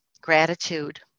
Gratitude